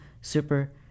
Super